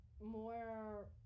more